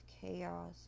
chaos